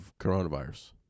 coronavirus